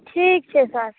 ठीक छै सर